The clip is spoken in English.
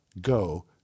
go